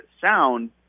sound